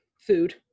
food